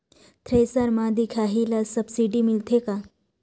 Thresher म दिखाही ला सब्सिडी मिलथे का?